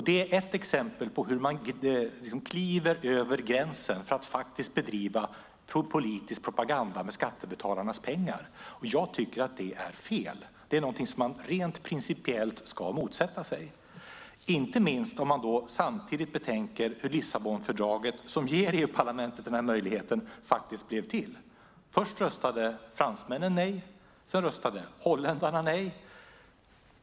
Det är ett exempel på hur man kliver över gränsen för att bedriva politisk propaganda med skattebetalarnas pengar. Jag tycker att det är fel, det är någonting som man rent principiellt ska motsätta sig, inte minst om man samtidigt betänker hur Lissabonfördraget, som ger EU-parlamentet den här möjligheten, blev till. Först röstade fransmännen nej, sedan röstade holländarna nej.